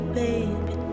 baby